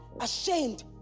ashamed